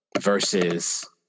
versus